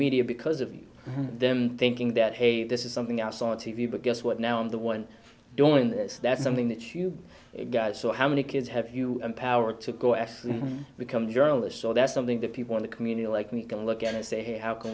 media because of them think that hey this is something i saw on t v but guess what now i'm the one doing this that's something that you guys so how many kids have you empowered to go actually become a journalist so that's something that people in the community like me can look at and say how can